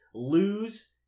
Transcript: Lose